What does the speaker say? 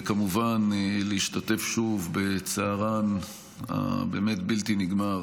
וכמובן, להשתתף שוב בצערן באמת הבלתי-נגמר